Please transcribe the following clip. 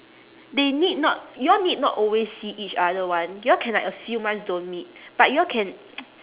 they need not y'all need not always see each other [one] y'all can like a few months don't meet but y'all can